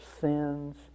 sins